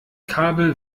kabel